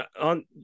on